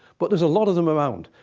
but there's a lot of them around.